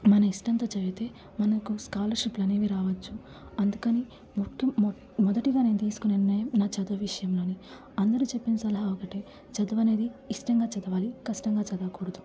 మన ఇష్టంతో చదివితే మనకు స్కాలర్షిప్లు అనేవి రావచ్చు అందుకని మొత్తం మొదటిగా నేను తీసుకున్న నిర్ణయం నా చదువు విషయంలోనే అందరు చెప్పిన సలహా ఒకటే చదువు అనేది ఇష్టంగా చదవాలి కష్టంగా చదవకూడదు